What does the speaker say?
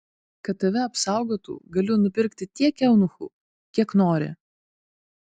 kad tave apsaugotų galiu nupirki tiek eunuchų kiek nori